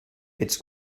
its